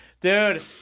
Dude